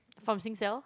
from Singsale